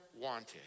wanted